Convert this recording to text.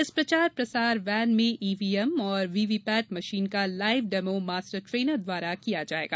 इस प्रचार प्रसार वेन में ईव्हीएम और व्हीव्हीपेट मशीन का लाइव डेमो मास्टर ट्रेनर द्वारा किया जायेगा